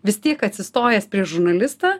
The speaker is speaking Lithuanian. vis tiek atsistojęs prieš žurnalistą